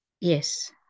Yes